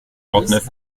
neuf